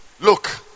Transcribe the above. Look